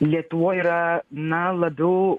lietuvoj yra na labiau